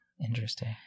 Interesting